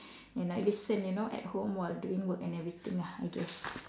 and I listen you know at home while doing work and everything ah I guess